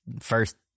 first